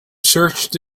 searched